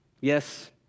Yes